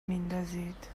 میندازید